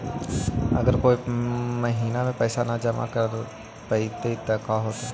अगर कोई महिना मे पैसबा न जमा कर पईबै त का होतै?